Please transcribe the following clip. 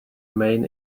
main